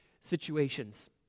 situations